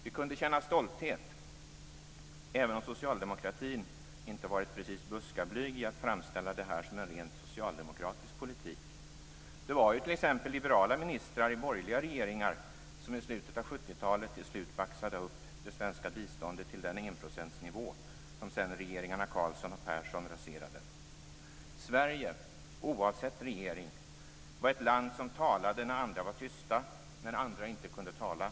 Vi kunde känna stolthet, även om socialdemokratin inte varit precis buskablyg i att framställa det här som en rent socialdemokratisk politik. Det var t.ex. liberala ministrar i borgerliga regeringar som i slutet av 70-talet till slut baxade upp det svenska biståndet till den enprocentsnivå som sedan regeringarna Carlsson och Persson raserade. Sverige - oavsett regering - var ett land som talade när andra var tysta och inte kunde tala.